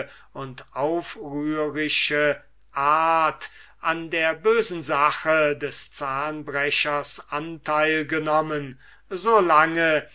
und aufrührische art an der bösen sache des zahnbrechers anteil genommen so lange